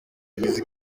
bugize